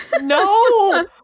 No